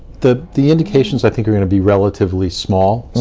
the the indications i think are gonna be relatively small.